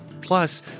Plus